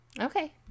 Okay